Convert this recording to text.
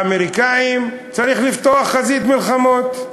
האמריקנים, צריך לפתוח חזית מלחמות.